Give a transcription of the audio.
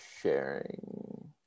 sharing